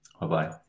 Bye-bye